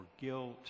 guilt